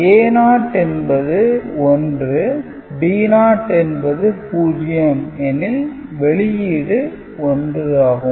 A0 என்பது 1 B0 என்பது 0 எனில் வெளியீடு 1 ஆகும்